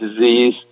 disease